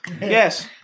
Yes